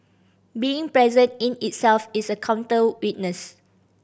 being present in itself is a counter witness